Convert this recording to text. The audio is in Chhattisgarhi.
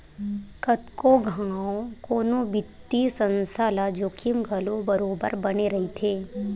कतको घांव कोनो बित्तीय संस्था ल जोखिम घलो बरोबर बने रहिथे